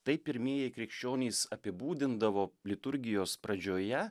taip pirmieji krikščionys apibūdindavo liturgijos pradžioje